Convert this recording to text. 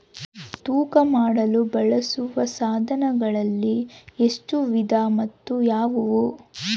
ತೂಕ ಮಾಡಲು ಬಳಸುವ ಸಾಧನಗಳಲ್ಲಿ ಎಷ್ಟು ವಿಧ ಮತ್ತು ಯಾವುವು?